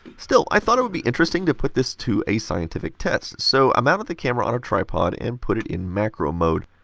still, i thought it would be interesting to put this to a scientific test, so i mounted the camera on a tripod and put it macro mode.